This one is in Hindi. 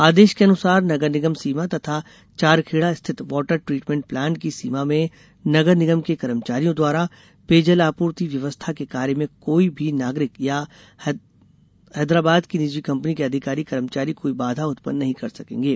आदेश के अनुसार नगर निगम सीमा तथा चारखेड़ा स्थित वॉटर ट्रीटमेंट प्लांट की सीमा में नगर निगम के कर्मचारियों द्वारा पेयजल आपूर्ति व्यवस्था के कार्य में कोई भी नागरिक या हैदराबाद की निजी कंपनी के अधिकारी कर्मचारी कोई बाधा उत्पन नही कर सकेंगे